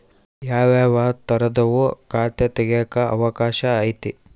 ಯಾವ್ಯಾವ ತರದುವು ಖಾತೆ ತೆಗೆಕ ಅವಕಾಶ ಐತೆ?